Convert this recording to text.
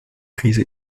krise